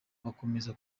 bakomeza